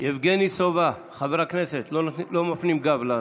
יבגני סובה, חבר הכנסת, לא מפנים גב לנואם.